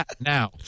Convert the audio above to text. Now